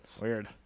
Weird